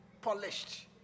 polished